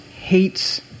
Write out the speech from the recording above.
hates